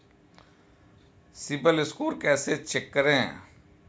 CIBIL score कैसे check करें?